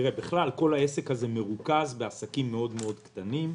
כל העסק הזה מרוכז בעסקים מאוד קטנים,